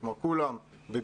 כלומר, כולם בבידוד.